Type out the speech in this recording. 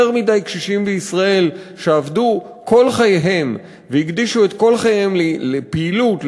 יותר מדי קשישים בישראל שעבדו כל חייהם והקדישו את כל חייהם לפעילות,